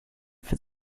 for